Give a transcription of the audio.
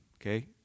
okay